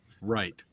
Right